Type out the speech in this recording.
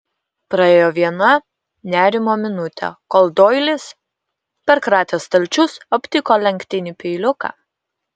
praėjo viena nerimo minutė kol doilis perkratęs stalčius aptiko lenktinį peiliuką